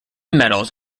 medals